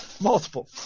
Multiple